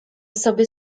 sobie